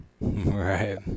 Right